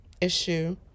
issue